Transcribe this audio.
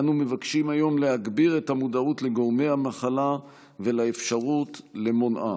אנו מבקשים היום להגביר את המודעות לגורמי המחלה ולאפשרות למונעה,